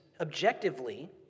objectively